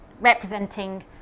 representing